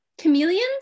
Chameleons